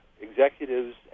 executives